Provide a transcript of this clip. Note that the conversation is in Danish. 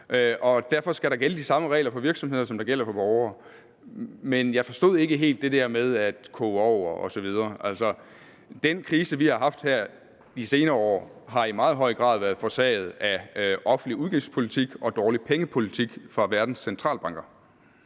Derfor skal der gælde de samme regler for virksomheder, som der gælder for borgere. Men jeg forstod ikke helt det der med at koge over osv. Altså, den krise, vi har haft her i de senere år, har i meget høj grad været forårsaget af offentlig udgiftspolitik og dårlig pengepolitik fra verdens centralbankers